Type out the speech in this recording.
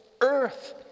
earth